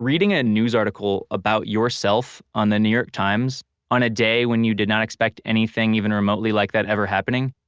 reading a news article about yourself on the new york times on a day when you did not expect anything even remotely like that ever happening.